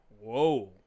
Whoa